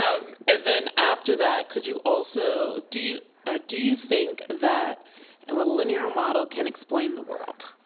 um and then, after that, could you also, do ah do you think that and the linear model can explain the world?